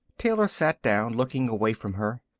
taylor sat down, looking away from her.